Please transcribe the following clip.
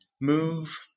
move